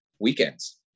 weekends